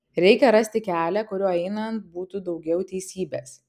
reikia rasti kelią kuriuo einant būtų daugiau teisybės